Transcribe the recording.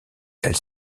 elle